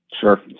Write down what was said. sure